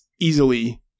easily